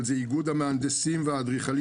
מדובר באיגוד המהנדסים וההנדסאים והאדריכלים